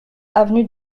avenue